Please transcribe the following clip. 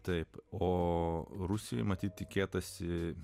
taip o rusijoje matyt tikėtasi